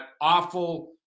awful